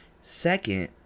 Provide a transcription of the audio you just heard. Second